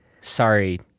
Sorry